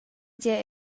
gie